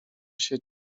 się